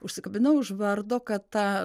užsikabinau už vardo kad ta